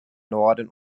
norden